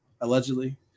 allegedly